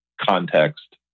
context